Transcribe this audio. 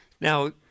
now